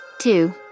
Two